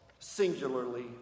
singularly